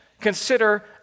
Consider